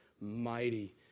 mighty